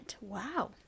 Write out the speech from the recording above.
Wow